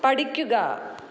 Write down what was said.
പഠിക്കുക